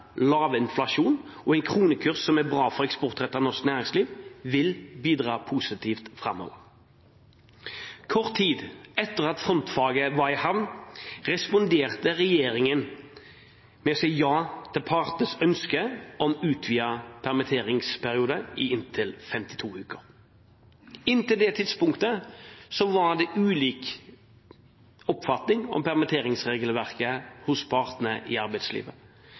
inflasjon og en kronekurs som er bra for eksportrettet norsk næringsliv, vil bidra positivt framover. Kort tid etter at frontfagene var i havn, responderte regjeringen med å si ja til partenes ønske om utvidet permitteringsperiode i inntil 52 uker. Inntil det tidspunktet var det ulik oppfatning om permitteringsregelverket hos partene i arbeidslivet.